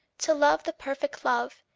to love the perfect love,